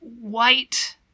white